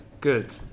Good